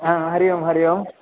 हा हरिः ओम् हरिः ओम्